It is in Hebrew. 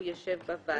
הוא יושב בוועדה.